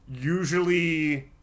Usually